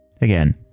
Again